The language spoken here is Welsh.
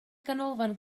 ganolfan